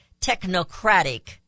technocratic